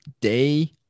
day